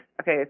okay